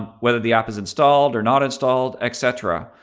ah whether the app is installed or not installed, et cetera.